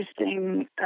interesting